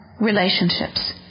relationships